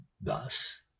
thus